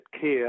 care